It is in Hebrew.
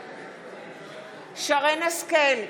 בעד שרן מרים השכל,